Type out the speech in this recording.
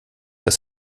dass